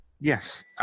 Yes